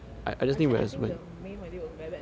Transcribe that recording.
actually I think the may holiday was very bad timing